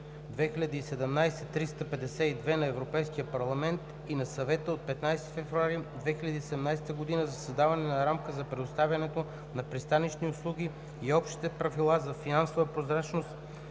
2017/352 на Европейския парламент и на Съвета от 15 февруари 2017 г. за създаване на рамка за предоставянето на пристанищни услуги и общите правила за финансовата прозрачност